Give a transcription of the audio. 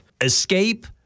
escape